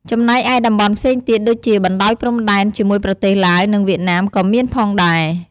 ចំណែកឯតំបន់ផ្សេងទៀត ដូចជា បណ្តោយព្រំដែនជាមួយប្រទេសឡាវ និងវៀតណាមក៏មានផងដែរ។